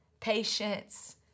patience